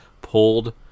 pulled